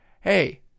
hey